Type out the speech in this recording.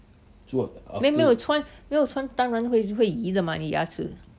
没有没有穿当当然会移的嘛你牙齿